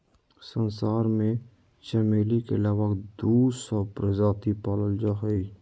संसार में चमेली के लगभग दू सौ प्रजाति पाल जा हइ